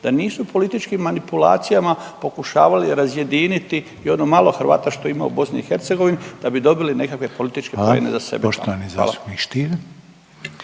da nisu političkim manipulacijama pokušavali razjediniti i ono malo Hrvata što ima u BiH da bi dobili nekakve političke poene za sebe.